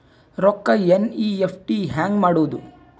ರೊಕ್ಕ ಎನ್.ಇ.ಎಫ್.ಟಿ ಹ್ಯಾಂಗ್ ಮಾಡುವುದು?